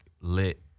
lit